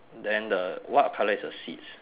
then the what colour is the seats